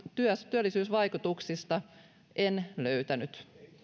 työllisyysvaikutuksista en löytänyt